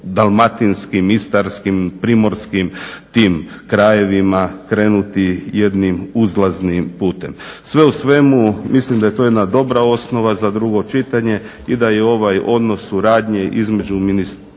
dalmatinskim, istarskim, primorskim tim krajevima krenuti jednim uzlaznim putem. Sve u svemu mislim da je to jedna dobra osnova za drugo čitanje i da je ovaj odnos suradnje između ministarstva